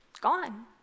gone